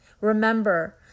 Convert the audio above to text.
Remember